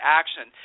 action